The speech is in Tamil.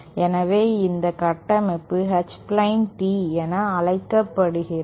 எனவே இந்த கட்டமைப்பு H பிளேன் Tee என அழைக்கப்படுகிறது